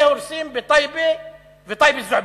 והורסים בטייבה ובטייבה-זועבייה.